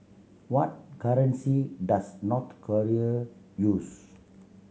what currency does North Korea use